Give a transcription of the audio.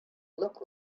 look